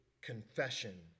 confession